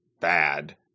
bad